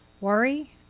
Worry